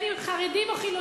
אם הם חרדים או חילונים,